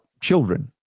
children